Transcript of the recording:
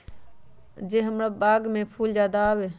जे से हमार बाग में फुल ज्यादा आवे?